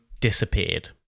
disappeared